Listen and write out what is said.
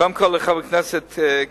קודם כול, לחבר הכנסת כבל,